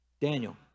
Daniel